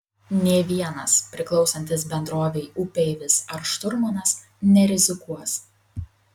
nė vienas priklausantis bendrovei upeivis ar šturmanas nerizikuos